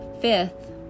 Fifth